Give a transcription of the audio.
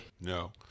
No